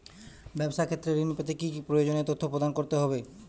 ব্যাবসা ক্ষেত্রে ঋণ পেতে কি কি প্রয়োজনীয় তথ্য প্রদান করতে হবে?